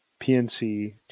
PNC